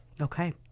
okay